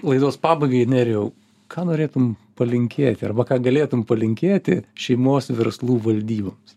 laidos pabaigai nerijau ką norėtum palinkėti arba ką galėtum palinkėti šeimos verslų valdyboms